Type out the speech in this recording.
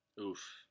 Oof